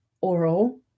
oral